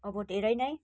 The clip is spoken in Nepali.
अब धेरै नै